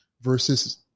versus